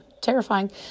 terrifying